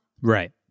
Right